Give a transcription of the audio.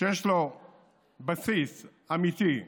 שיש לו בסיס אמיתי,